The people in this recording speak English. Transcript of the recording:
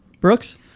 Brooks